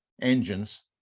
Engines